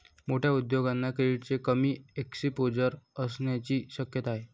मोठ्या उद्योगांना क्रेडिटचे कमी एक्सपोजर असण्याची शक्यता आहे